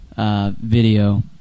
Video